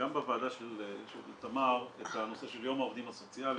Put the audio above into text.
בוועדה של תמר את הנושא של יום העובדים הסוציאליים.